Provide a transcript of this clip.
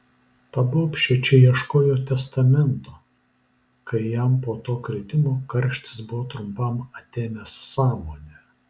ta bobšė čia ieškojo testamento kai jam po to kritimo karštis buvo trumpam atėmęs sąmonę